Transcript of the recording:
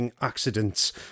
accidents